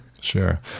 Sure